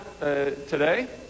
today